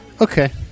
Okay